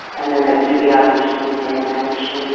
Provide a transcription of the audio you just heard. and then they'd do the artificial insemination, and